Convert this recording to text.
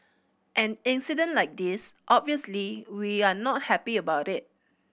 an incident like this obviously we are not happy about it